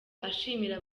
ashimira